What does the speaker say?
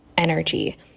energy